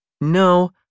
No